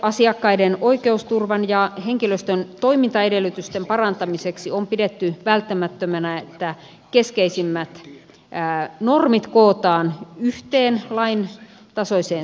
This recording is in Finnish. säilöasiakkaiden oikeusturvan ja henkilöstön toimintaedellytysten parantamiseksi on pidetty välttämättömänä että keskeisimmät normit kootaan yhteen lain tasoiseen säädökseen